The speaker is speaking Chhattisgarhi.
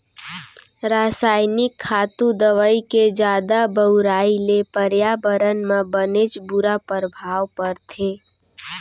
रसायनिक खातू, दवई के जादा बउराई ले परयाबरन म बनेच बुरा परभाव परथे